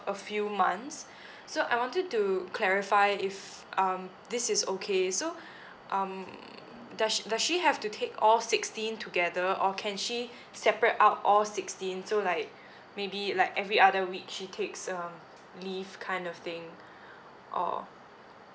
a few months so I wanted to clarify if um this is okay so um does she does she have to take all sixteen together or can she separate out all sixteen so like maybe like every other week she takes um leave kind of thing or